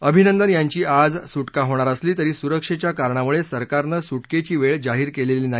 अभिनंदन यांची आज सुटका होणार असली तरी सुरक्षेच्या कारणामुळे सरकारनं सुटकेची वेळ जाहीर केलेली नाही